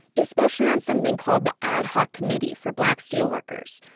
especially on something called the ad hoc committee for black steelworkers,